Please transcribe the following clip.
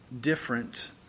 different